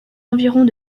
environs